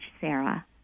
Sarah